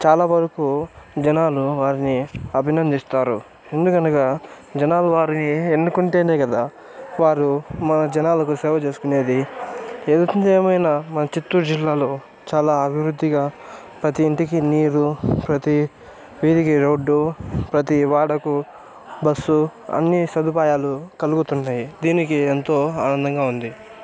చాలావరకు జనాలు వారిని అభినందిస్తారు ఎందుకనగా జనాలు వారిని ఎన్నుకుంటేనే కదా వారు మన జనాలకు సేవ చేసుకునేది ఏది ఏమైనా మన చిత్తూరు జిల్లాలో చాలా అభివృద్ధిగా ప్రతి ఇంటికి నీరు ప్రతి వీధికి రోడ్డు ప్రతీ వాడకు బస్సు అన్ని సదుపాయాలు కలుగుతుంటాయి దీనికి ఎంతో ఆనందంగా ఉంది